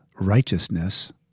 righteousness